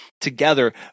together